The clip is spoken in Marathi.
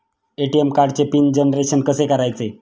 ए.टी.एम कार्डचे पिन जनरेशन कसे करायचे?